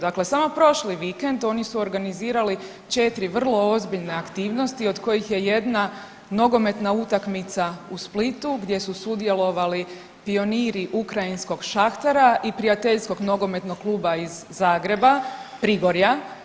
Dakle, samo prošli vikend oni su organizirali 4 vrlo ozbiljne aktivnosti od kojih je jedna nogometna utakmica u Splitu gdje su sudjelovali pioniri ukrajinskog Šahtara i prijateljskog nogometnog kluba iz Zagreba Prigorja.